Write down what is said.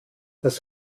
das